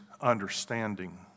understanding